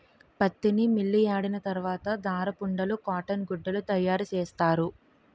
పత్తిని మిల్లియాడిన తరవాత దారపుండలు కాటన్ గుడ్డలు తయారసేస్తారు